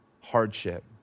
hardship